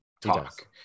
talk